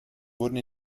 wurden